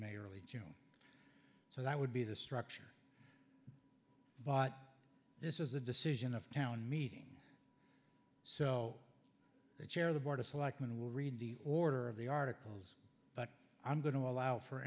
may early june so that would be the structure but this is a decision of town meeting so the chair of the board of selectmen will read the order of the articles but i'm going to allow for